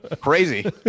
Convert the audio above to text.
crazy